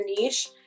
niche